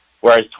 whereas